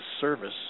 service